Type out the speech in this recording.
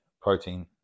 protein